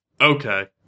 Okay